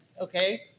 Okay